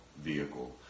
vehicle